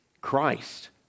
Christ